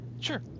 sure